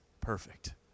perfect